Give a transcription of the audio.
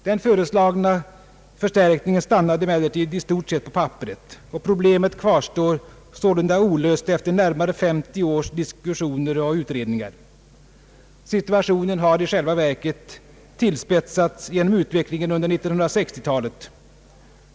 Den föreslagna förstärkningen stannade emellertid i stort sett på papperet, och problemet kvarstår sålunda olöst efter närmare 50 års diskussioner och utredningar. Situationen har i själva verket tillspetsats genom utvecklingen under 1960 talet.